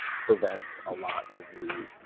prevents a lot of the